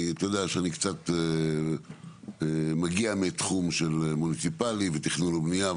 אתה יודע שאני קצת מגיע מתחום של המוניציפלי ותכנון ובניה.